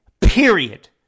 Period